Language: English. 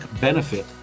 benefit